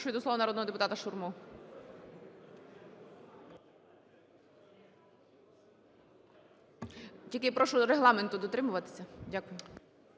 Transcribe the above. Запрошую до слова народного депутата Шурму. Тільки прошу регламенту дотримуватися. Дякую.